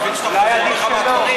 אולי עדיף שלא.